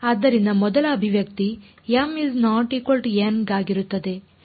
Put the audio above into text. ಆದ್ದರಿಂದ ಮೊದಲ ಅಭಿವ್ಯಕ್ತಿ m ≠ n ಗಾಗಿರುತ್ತದೆ